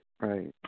Right